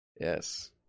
Yes